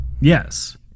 yes